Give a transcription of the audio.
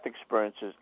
experiences